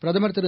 பிரதமர் திரு